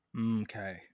Okay